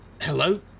Hello